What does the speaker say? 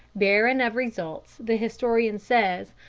barren of results, the historian says,